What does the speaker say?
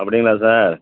அப்படிங்களா சார்